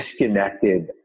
disconnected